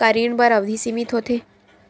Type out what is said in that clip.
का ऋण बर अवधि सीमित होथे?